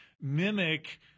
mimic